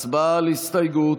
הצבעה על ההסתייגות.